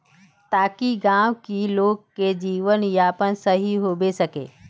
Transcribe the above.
ताकि गाँव की लोग के जीवन यापन सही होबे सके?